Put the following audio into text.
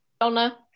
Donna